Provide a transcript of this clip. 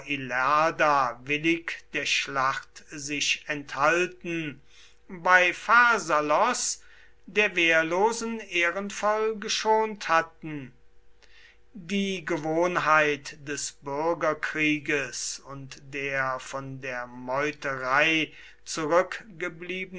willig der schlacht sich enthalten bei pharsalos der wehrlosen ehrenvoll geschont hatten die gewohnheit des bürgerkrieges und der von der meuterei zurückgebliebene